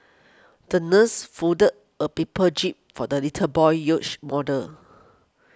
the nurse folded a paper jib for the little boy's yacht model